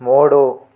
మూడు